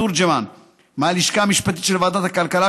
תורג'מן מהלשכה המשפטית של ועדת הכלכלה,